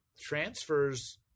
transfers